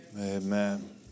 Amen